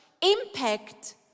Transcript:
impact